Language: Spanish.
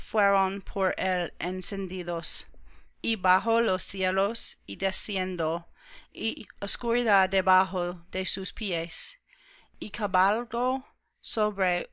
fueron por él encendidos y bajó los cielos y descendió y oscuridad debajo de sus pies y cabalgó sobre